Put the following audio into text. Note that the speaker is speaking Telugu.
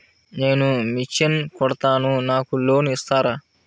నేను మిషన్ కుడతాను నాకు లోన్ ఇస్తారా?